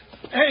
Hey